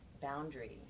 boundary